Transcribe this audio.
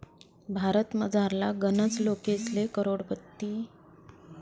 भारतमझारला गनच लोकेसले करोडपती उद्योजकताना बारामा माहित नयी